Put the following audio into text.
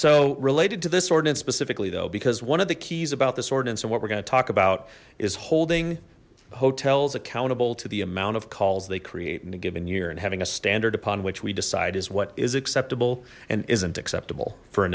so related to this ordinance specifically though because one of the keys about this ordinance and what we're going to talk about is holding hotels accountable to the amount of calls they create in a given year and having a standard upon which we decide is what is acceptable and isn't acceptable for a